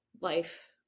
life